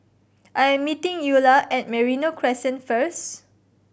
I am meeting Eulah at Merino Crescent first